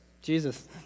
Jesus